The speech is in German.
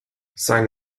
sein